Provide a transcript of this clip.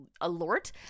alert